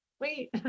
wait